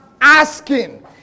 asking